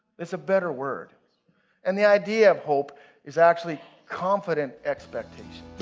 it's a better word and the idea of hope is actually confident expectation.